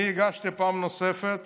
אני הגשתי פעם נוספת